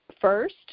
first